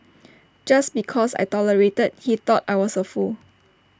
just because I tolerated he thought I was A fool